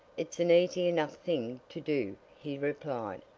it's an easy enough thing to do, he replied.